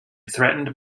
threatened